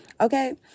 okay